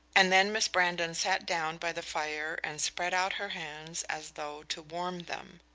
and then miss brandon sat down by the fire and spread out her hands as though to warm them.